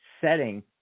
setting